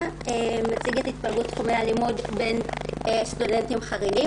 מציג את התפלגות תחומי הלימוד בין סטודנטים חרדים,